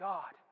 God